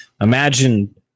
imagine